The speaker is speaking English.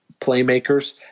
playmakers